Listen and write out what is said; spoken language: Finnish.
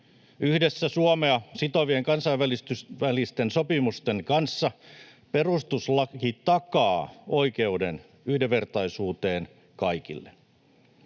Yhdessä Suomea sitovien kansainvälisten sopimusten kanssa perustuslaki takaa oikeuden yhdenvertaisuuteen kaikille.